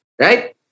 right